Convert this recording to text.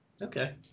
Okay